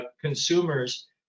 consumers